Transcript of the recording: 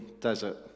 desert